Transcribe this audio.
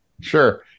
sure